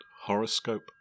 Horoscope